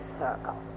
circle